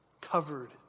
covered